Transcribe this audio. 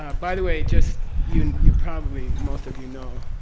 ah by the way, just. you you probably, most of you know,